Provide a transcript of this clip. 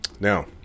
now